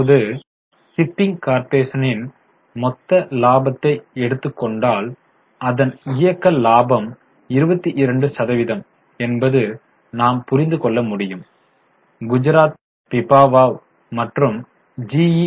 இப்போது ஷிப்பிங் கார்ப்பரேஷனின் மொத்த லாபத்தை எடுத்துக்கொண்டால் அதன் இயக்க லாபம் 22 சதவீதம் என்பது நாம் புரிந்து கொள்ள முடியும் குஜராத் பிபாவவ் மற்றும் ஜி